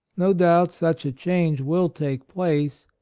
no doubt such a change will take place,